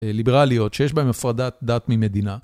ליברליות, שיש בהן הפרדת דת ממדינה.